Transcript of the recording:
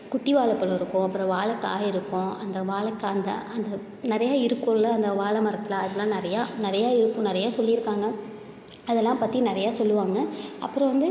குட்டி வாழைப் பழம் இருக்கும் அப்புறம் வாழைக்காய் இருக்கும் அந்த வாழைக்கா அந்த அந்த நிறையா இருக்கும்ல அந்த வாழை மரத்தில் அதெல்லாம் நிறையா இருக்கும் நிறையா சொல்லியிருக்காங்க அதெல்லாம் பற்றி நிறையா சொல்வாங்க அப்றம் வந்து